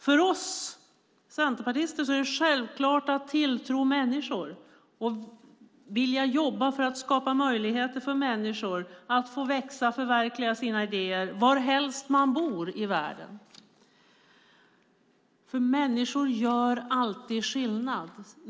För oss centerpartister är det självklart att tilltro människor och vilja jobba för att skapa möjligheter för människor att växa och förverkliga sina idéer varhelst man bor i världen. Människor gör alltid skillnad.